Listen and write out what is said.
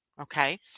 Okay